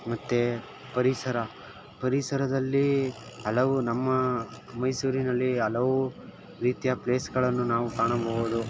ಮತ್ತು ಪರಿಸರ ಪರಿಸರದಲ್ಲಿ ಹಲವು ನಮ್ಮ ಮೈಸೂರಿನಲ್ಲಿ ಹಲವು ರೀತಿಯ ಪ್ಲೇಸ್ಗಳನ್ನು ನಾವು ಕಾಣಬಹುದು